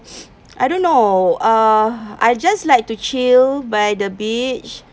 I don't know uh I just like to chill by the beach